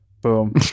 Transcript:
Boom